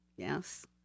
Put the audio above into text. Yes